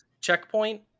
checkpoint